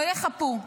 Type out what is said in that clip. לא יחפו.